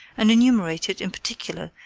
and enumerated, in particular,